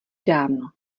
dávno